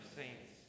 saints